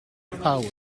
power